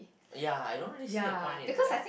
ya I don't really see a point in that